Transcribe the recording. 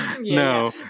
no